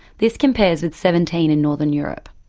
this compares with seventeen in northern europe.